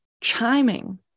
chiming